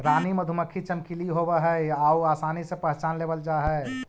रानी मधुमक्खी चमकीली होब हई आउ आसानी से पहचान लेबल जा हई